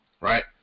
right